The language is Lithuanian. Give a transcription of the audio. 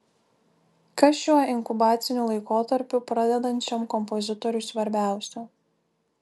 kas šiuo inkubaciniu laikotarpiu pradedančiam kompozitoriui svarbiausia